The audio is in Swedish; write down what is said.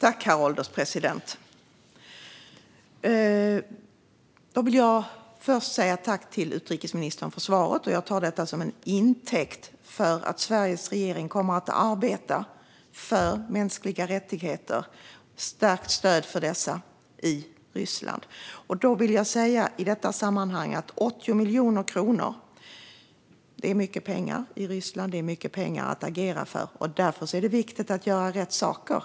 Herr ålderspresident! Jag vill först säga tack till utrikesministern för svaret. Jag tar detta till intäkt för att Sveriges regering kommer att arbeta för ett stärkt stöd för de mänskliga rättigheterna i Ryssland. Då vill jag i detta sammanhang säga att 80 miljoner kronor är mycket pengar i Ryssland. Det är mycket pengar att agera för, och därför är det viktigt att göra rätt saker.